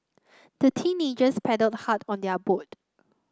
the teenagers paddled hard on their boat